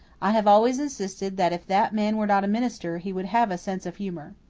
i have always insisted that if that man were not a minister he would have a sense of humour.